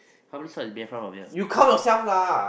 how many stops is Bayfront from here